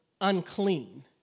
unclean